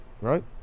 Right